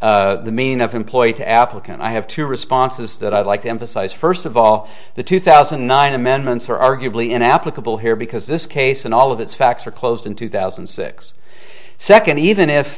the meaning of employee to applicant i have two responses that i'd like to emphasize first of all the two thousand and nine amendments are arguably inapplicable here because this case and all of its facts are closed in two thousand and six second even if